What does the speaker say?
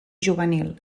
juvenil